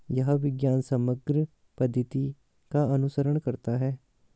यह विज्ञान समग्र पद्धति का अनुसरण करता है